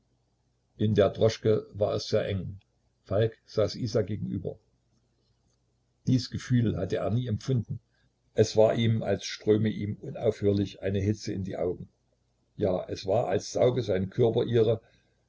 in der droschke war es sehr eng falk saß isa gegenüber dies gefühl hatte er nie empfunden es war ihm als ströme ihm unaufhörlich eine hitze in die augen ja es war als sauge sein körper ihre